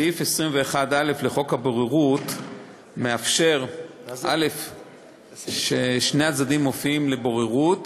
שסעיף 21א לחוק הבוררות מאפשר ששני הצדדים מופיעים לבוררות